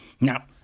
now